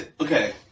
okay